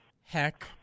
heck